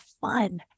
fun